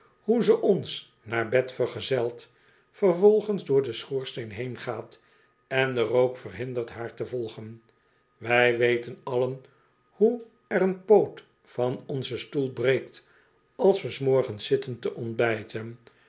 hoe ze ons naar bed vergezelt vervolgens door den schoorsteen heengaat en den rook verhindert haar te volgen wij weten allen hoe er een poot van onzen stoel breekt als we s morgens zitten te ontbijten